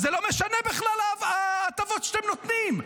אז זה לא משנה בכלל, ההטבות שאתם נותנים.